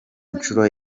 nshuro